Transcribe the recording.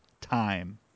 time